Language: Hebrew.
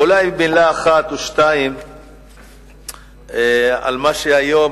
אולי מלה אחת או שתיים על מה שאנחנו